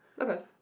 Okay